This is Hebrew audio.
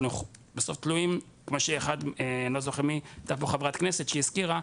אנחנו בסוף תלויים כמו שחברת הכנסת שהזכירה,